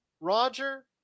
Roger